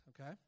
okay